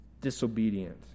disobedient